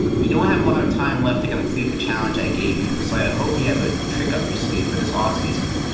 you don't have a lot of time left to complete the challenge i gave you, so i ah hope you have a trick up your sleeve for this off-season.